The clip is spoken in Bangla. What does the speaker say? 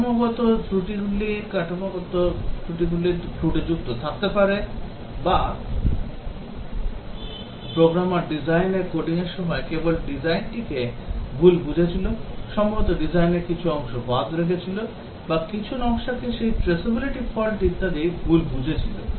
কাঠামোগত ত্রুটিগুলি traceability ত্রুটিযুক্ত থাকতে পারে যা প্রোগ্রামার ডিজাইনের কোডিংয়ের সময় কেবল ডিজাইনটিকে ভুল বুঝেছিল সম্ভবত ডিজাইনের কিছু অংশ বাদ রেখেছিল বা কিছু নকশাকে সেই traceability ফল্ট ইত্যাদি ভুল বুঝেছিল